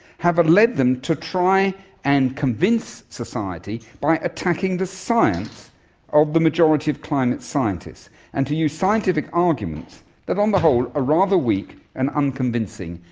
have led them to try and convince society by attacking the science of the majority of climate scientists and to use scientific arguments that on the whole are rather weak and unconvincing,